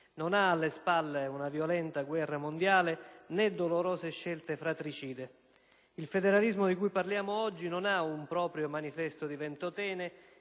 non ha alle spalle una violenta guerra mondiale, né dolorose scelte fratricide. Il federalismo di cui parliamo oggi non ha un proprio Manifesto di Ventotene,